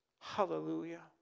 Hallelujah